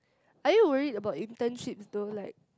are you worried about internships though like